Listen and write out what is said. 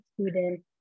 student